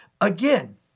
Again